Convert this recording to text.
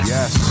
Yes